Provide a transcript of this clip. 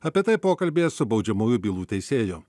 apie tai pokalbyje su baudžiamųjų bylų teisėju